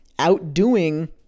outdoing